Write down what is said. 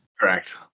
Correct